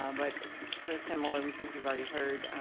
um but for similar reasons you've already heard,